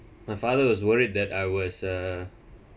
my father was worried that I was uh